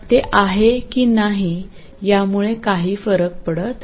ते आहे की नाही यामुळे काही फरक पडत नाही